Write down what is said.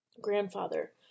grandfather